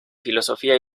filosofía